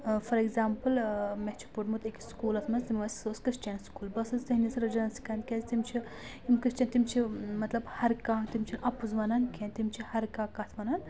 for example مےٚ چھِ پوٚرمُت أکِس سکوٗلَس منٛز تِم ٲسۍ سۄ ٲس کِرٛسچَن سکوٗل بہٕ ٲسٕس تِہنٛدِس رِلِجَنس کانٛہہ کیازِ تِم چھِ یِم کِرٛسچَن تِم چھِ مطلب ہر کانٛہہ تِم چھِنہٕ اَپُز وَنان کینٛہہ تِم چھِ ہر کانٛہہ کَتھ وَنان